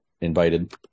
invited